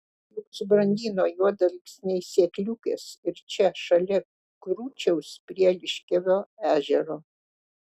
juk subrandino juodalksniai sėkliukes ir čia šalia krūčiaus prie liškiavio ežero